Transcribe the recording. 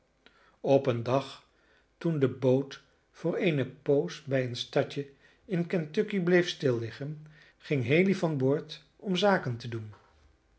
op een dag toen de boot voor eene poos bij een stadje in kentucky bleef stilliggen ging haley van boord om zaken te doen